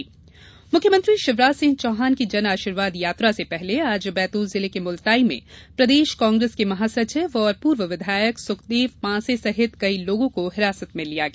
पूर्व विधायक गिरफ्तारी मुख्यमंत्री शिवराज सिंह चौहान की जन आशीर्वाद यात्रा से पहले आज बैतूल जिले के मुलताई में प्रदेश कांग्रेस के महासचिव और पूर्व विधायक सुखदेव पांसे सहित कई लोगों को हिरासत में लिया गया